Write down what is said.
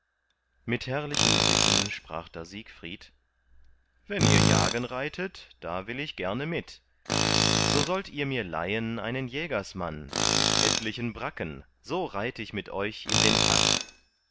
mit herrlichen sitten sprach da siegfried wenn ihr jagen reitet da will ich gerne mit so sollt ihr mir leihen einen jägersmann mit etlichen bracken so reit ich mit euch in den tann